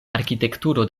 arkitekturo